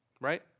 right